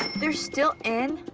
they're still in?